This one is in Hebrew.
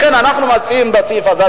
לכן אנחנו מציעים בסעיף הזה,